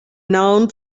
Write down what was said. known